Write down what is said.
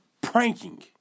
pranking